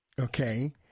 Okay